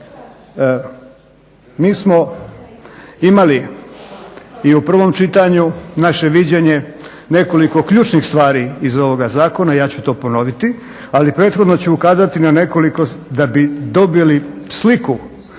Mi smo imali i u prvom čitanju naše viđenje nekoliko ključnih stvari iz ovoga zakona, ja ću to ponoviti. Ali prethodno ću ukazati na nekoliko da bi dobili sliku